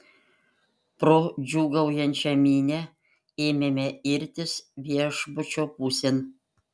pro džiūgaujančią minią ėmėme irtis viešbučio pusėn